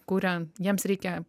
kurian jiems reikia